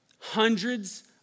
Hundreds